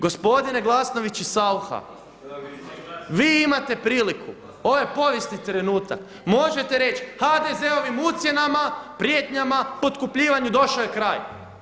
Gospodine Glasnović i Saucha, vi imate priliku, ovo je povijesni trenutak možete reći HDZ-ovim ucjenama, prijetnjama, potkupljivanju došao je kraj.